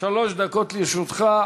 שלוש דקות לרשותך.